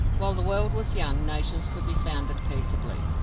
while the world was young, nations could be founded peaceably.